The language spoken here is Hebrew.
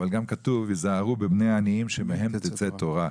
אבל גם כתוב "היזהרו בבני עניים שמהם תצא תורה".